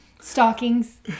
stockings